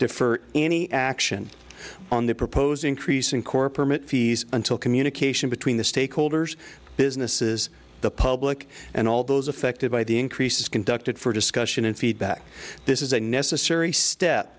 defer any action on the proposed increase in core permit fees until communication between the stakeholders businesses the public and all those affected by the increase is conducted for discussion in feedback this is a necessary step